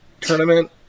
tournament